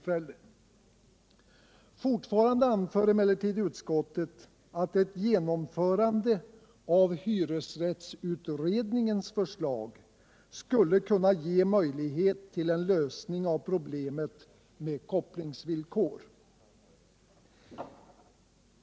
Fortfarande anför emellertid utskottet att ett genomförande av hyresrättsutredningens förslag skulle kunna ge möjlighet till en lösning av problemet med kopplingsvillkor.